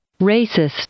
Racist